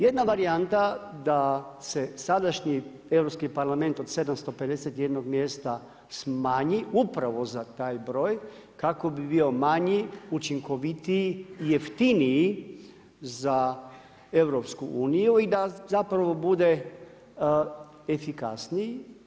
Jedna varijanta, da se sadašnji Europski parlament od 751 mjesta smanji, upravo za taj broj, kako bi bio manji, učinkovitiji i jeftiniji za EU i da zapravo bude efikasniji.